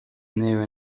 near